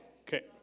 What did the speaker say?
Okay